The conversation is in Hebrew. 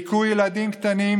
והיכו ילדים קטנים,